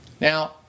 Now